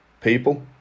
people